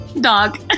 Dog